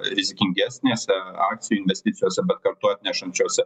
rizikingesnėse akcijų investicijose bet kartu atnešančiose